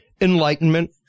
enlightenment